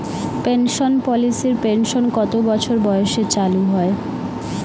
Pension পলিসির pension কত বছর বয়সে চালু হয়?